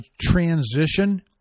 transition